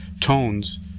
tones